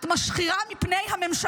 את משחירה את פני הממשלה,